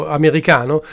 americano